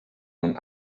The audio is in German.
nun